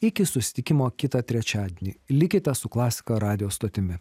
iki susitikimo kitą trečiadienį likite su klasika radijo stotimi